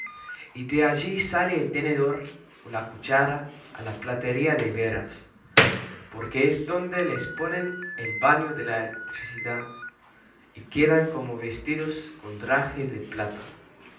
y de allí sale el tenedor o la cuchara a la platería de veras porque es donde les ponen el baño de la electricidad y quedan como vestidos con traje de plata